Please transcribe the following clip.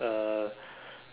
uh